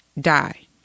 die